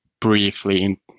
briefly